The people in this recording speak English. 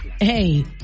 hey